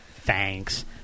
Thanks